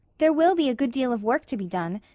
there will be a good deal of work to be done.